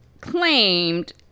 claimed